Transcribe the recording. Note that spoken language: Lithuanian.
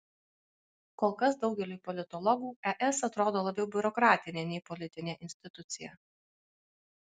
kol kas daugeliui politologų es atrodo labiau biurokratinė nei politinė institucija